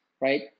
right